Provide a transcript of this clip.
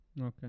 okay